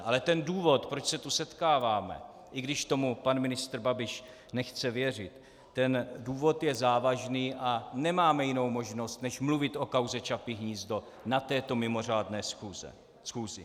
Ale důvod, proč se tu setkáváme, i když tomu pan ministr Babiš nechce věřit, ten důvod je závažný a nemáme jinou možnost než mluvit o kauze Čapí hnízdo na této mimořádné schůzi.